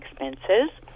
expenses